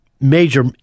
major